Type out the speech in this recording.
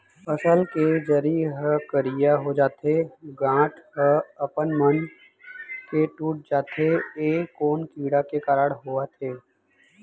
फसल के जरी ह करिया हो जाथे, गांठ ह अपनमन के टूट जाथे ए कोन कीड़ा के कारण होवत हे?